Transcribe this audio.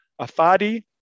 Afadi